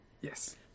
Yes